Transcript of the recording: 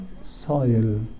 soil